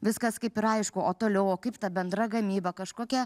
viskas kaip ir aišku o toliau o kaip ta bendra gamyba kažkokie